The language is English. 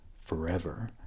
forever